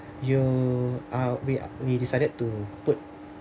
you are we are we decided to put